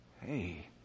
Hey